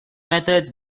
methods